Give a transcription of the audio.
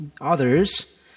others